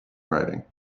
writing